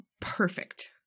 perfect